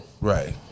Right